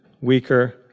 weaker